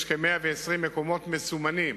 יש כ-120 מקומות המסומנים